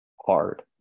hard